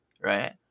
right